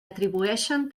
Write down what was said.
atribueixen